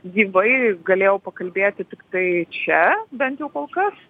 gyvai galėjau pakalbėti tiktai čia bent jau kol kas